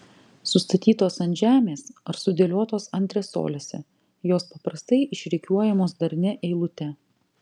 sustatytos ant žemės ar sudėliotos antresolėse jos paprastai išrikiuojamos darnia eilute